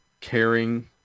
caring